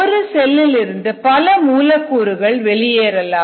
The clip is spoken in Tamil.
ஒரு செல்லிலிருந்து பல மூலக்கூறுகள் வெளியேறலாம்